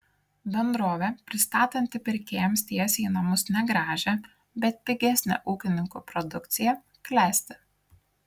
bendrovė pristatanti pirkėjams tiesiai į namus negražią bet pigesnę ūkininkų produkciją klesti